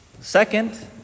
Second